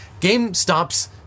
GameStop's